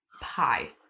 pie